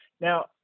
now